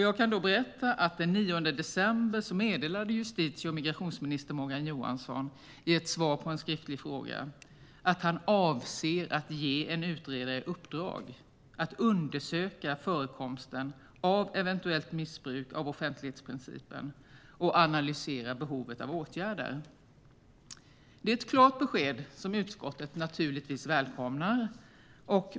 Jag kan då berätta att den 9 december meddelade justitie och migrationsminister Morgan Johansson i ett svar på en skriftlig fråga att han avser att ge en utredare i uppdrag att undersöka förekomsten av eventuellt missbruk av offentlighetsprincipen och analysera behovet av åtgärder. Det är ett klart besked som utskottet naturligtvis välkomnar.